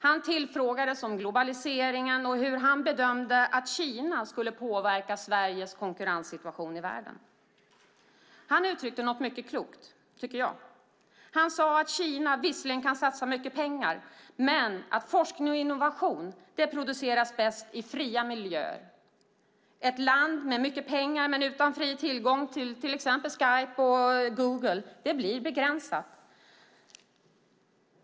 Han tillfrågades om globaliseringen och hur han bedömde att Kina skulle påverka Sveriges konkurrenssituation i världen. Han uttryckte något mycket klokt, tycker jag. Han sade att Kina visserligen kan satsa mycket pengar men att forskning och innovation produceras bäst i fria miljöer. Ett land med mycket pengar men utan fri tillgång till exempelvis Skype och Google blir begränsat.